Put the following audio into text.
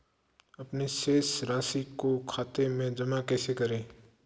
अपने शेष राशि को खाते में जमा कैसे करें?